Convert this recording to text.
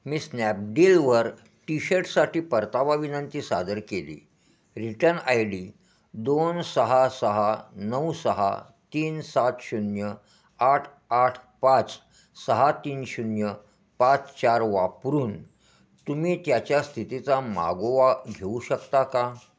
मी स्नॅपडीलवर टी शर्टसाठी परतावा विनंती सादर केली रिटर्न आय डी दोन सहा सहा नऊ सहा तीन सात शून्य आठ आठ पाच सहा तीन शून्य पाच चार वापरून तुम्ही त्याच्या स्थितीचा मागोवा घेऊ शकता का